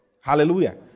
Hallelujah